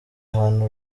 ahantu